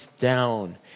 down